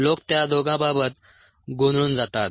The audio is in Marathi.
लोक त्या दोघांबाबत गोंधळून जातात